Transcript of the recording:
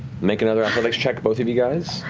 make another athletics check, both of you guys,